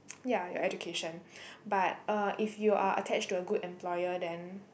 ya your education but uh if you are attached to a good employer then